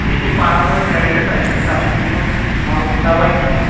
ییٚتہِ یِم پران ٲسۍ ریڈینٛٹ تَتہِ چھُنہٕ کشمیٖری ہُک حِسابہ کِتابہ کِہیٖنۍ